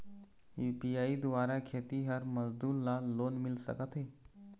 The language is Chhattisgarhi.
यू.पी.आई द्वारा खेतीहर मजदूर ला लोन मिल सकथे?